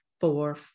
four